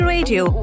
Radio